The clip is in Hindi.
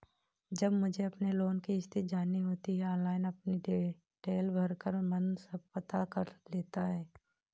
जब मुझे अपने लोन की स्थिति जाननी होती है ऑनलाइन अपनी डिटेल भरकर मन सब पता कर लेता हूँ